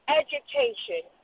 education